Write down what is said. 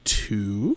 two